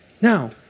Now